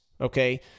okay